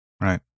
Right